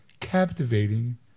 captivating